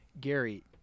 Gary